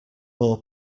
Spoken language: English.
more